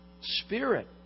spirit